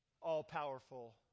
All-powerful